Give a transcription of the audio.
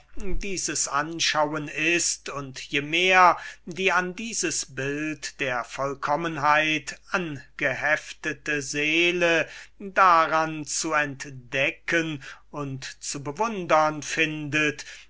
dieses anschauen ist und je mehr die an dieses bild der vollkommenheit angeheftete seele daran zu entdecken und zu bewundern findet